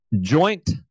joint